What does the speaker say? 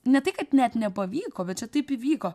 ne tai kad net nepavyko bet čia taip įvyko